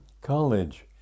college